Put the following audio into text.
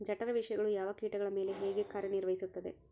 ಜಠರ ವಿಷಯಗಳು ಯಾವ ಕೇಟಗಳ ಮೇಲೆ ಹೇಗೆ ಕಾರ್ಯ ನಿರ್ವಹಿಸುತ್ತದೆ?